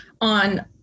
on